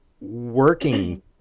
working